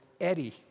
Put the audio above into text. Eddie